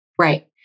Right